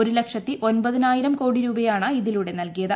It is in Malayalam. ഒരു ലക്ഷത്തി ഒൻപതിനായിരം കോടി രൂപയാണ് ഇതിലൂടെ നൽകിയത്